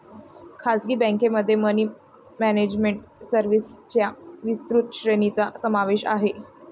खासगी बँकेमध्ये money management सर्व्हिसेसच्या विस्तृत श्रेणीचा समावेश आहे